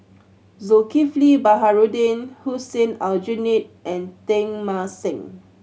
Zulkifli Baharudin Hussein Aljunied and Teng Mah Seng